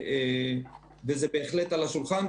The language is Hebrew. וזה בהחלט על השולחן,